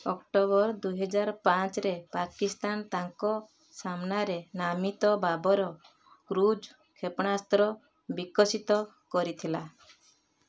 October ଦୁଇ ହଜାର ପାଞ୍ଚରେ ପାକିସ୍ତାନ ତାଙ୍କ ସାମ୍ନାରେ ନାମିତ ବାବର କ୍ରୁଜ୍ କ୍ଷେପଣାସ୍ତ୍ର ବିକଶିତ କରିଥିଲା